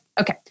Okay